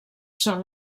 són